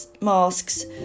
masks